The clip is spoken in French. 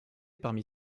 parmi